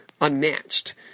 unmatched